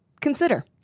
Consider